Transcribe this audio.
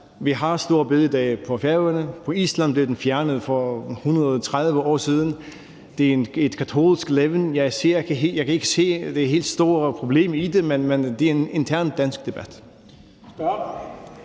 Vi har store bededag på Færøerne. På Island blev den fjernet for 130 år siden. Det er et katolsk levn. Jeg kan ikke se det helt store problem i det, men det er en intern dansk debat.